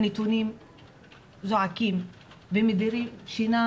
הנתונים זועקים ומדירים שינה